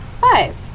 Five